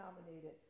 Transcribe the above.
nominated